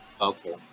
Okay